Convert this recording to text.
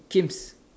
Kim's